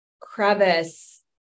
crevice